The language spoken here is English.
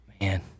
Man